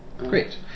Great